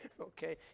okay